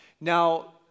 Now